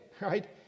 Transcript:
right